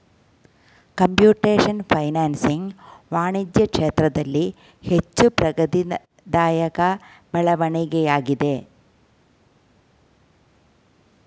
computation financing ವಾಣಿಜ್ಯ ಕ್ಷೇತ್ರದಲ್ಲಿ ಹೆಚ್ಚು ಪ್ರಗತಿದಾಯಕ ಬೆಳವಣಿಗೆಯಾಗಿದೆ